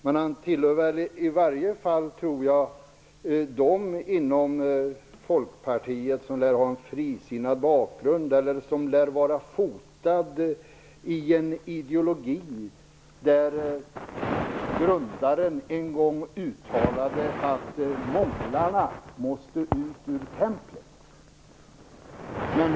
Men han tillhör i varje fall dem inom Folkpartiet som lär ha en frisinnad bakgrund eller som har en ideologi vars grundare en gång uttalade att månglarna måste ut ur templet.